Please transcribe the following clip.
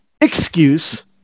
excuse